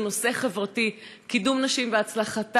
זה נושא חברתי: קידום נשים והצלחתן,